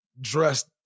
dressed